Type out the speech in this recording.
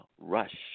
rush